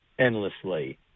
endlessly